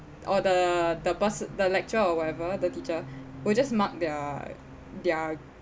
or the the pers~ the lecturer or whatever the teacher will just mark their their